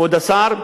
כבוד השר,